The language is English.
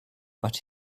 but